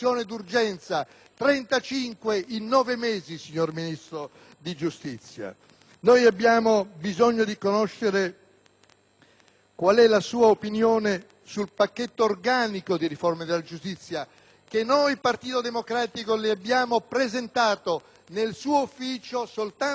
Abbiamo bisogno di conoscere qual è la sua opinione sul pacchetto organico di riforme della giustizia che noi del Partito Democratico le abbiamo presentato nel suo ufficio soltanto un mese fa nelle persone dell'onorevole Tenaglia e dei Capigruppo di Camera e Senato,